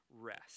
rest